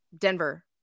Denver